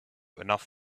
enough